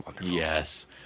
yes